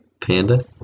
panda